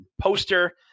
poster